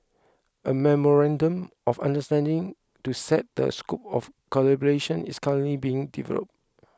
a memorandum of understanding to set the scope of collaboration is currently being developed